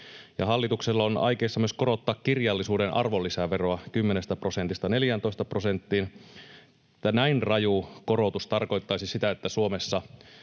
Hallitus on aikeissa myös korottaa kirjallisuuden arvonlisäveroa 10 prosentista 14 prosenttiin, ja näin raju korotus tarkoittaisi, että Suomessa